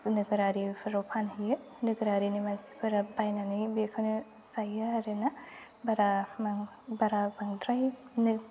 नोगोरारिफोराव फानहैयो नोगोरारिफोरनि मानसिफोरा बायनानै लायो बेखौनो जायो आरो ना बारा बारा बांद्राय